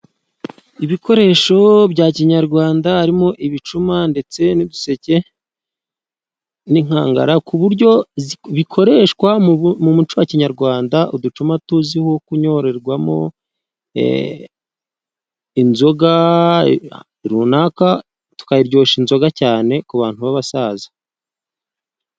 Ibikoresho bya kinyarwanda harimo :ibicuma ,ndetse n'uduseke, n'inkangara, ku buryo bikoreshwa mu muco wa kinyarwanda, uducuma tuzwiho kunyorerwamo inzoga runaka tukaryoshya inzoga cyane ku bantu b'abasaza.